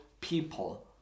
people